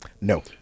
No